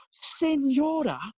Senora